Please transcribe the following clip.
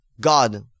God